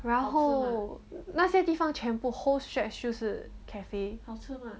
然后那些地方全部 whole stretch 就是 cafe